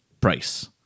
price